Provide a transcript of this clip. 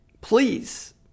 please